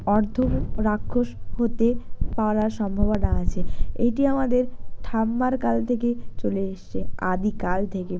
অর্ধ রাক্ষস হতে পারার সম্ভবনা আছে এইটি আমাদের ঠাম্মার কাল থেকে চলে এসেছে আদিকাল থেকে